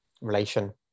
relation